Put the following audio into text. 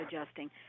adjusting